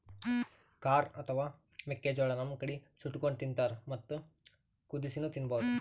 corn ಅಥವಾ ಮೆಕ್ಕಿಜೋಳಾ ನಮ್ ಕಡಿ ಸುಟ್ಟಕೊಂಡ್ ತಿಂತಾರ್ ಮತ್ತ್ ಕುದಸಿನೂ ತಿನ್ಬಹುದ್